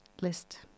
list